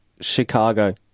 Chicago